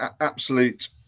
absolute